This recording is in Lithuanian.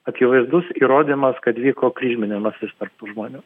akivaizdus įrodymas kad vyko kryžminimasis tarp tų žmonių